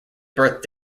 birth